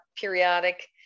periodic